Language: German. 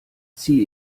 ziehe